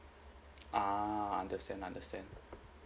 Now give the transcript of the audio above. ah understand understand